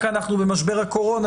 כי אנחנו במשבר הקורונה,